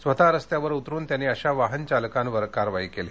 स्वत रस्त्यावर उतरुन त्यांनी अशा वाहनचालकांवर कारवाई केली